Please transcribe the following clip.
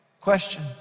question